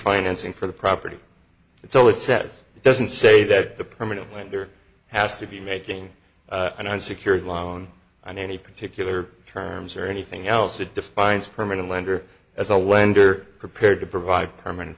financing for the property so it says it doesn't say that the permanent lender has to be making and i'm secured loan on any particular terms or anything else that defines permanent lender as a lender prepared to provide permanent